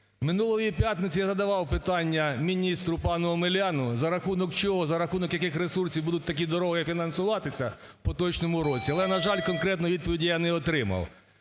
Минулої п'ятниці я задавав питання міністру пану Омеляну за рахунок чого, за рахунок яких ресурсів будуть такі дороги фінансуватися в поточному році? Але, на жаль, конкретної відповіді я не отримав.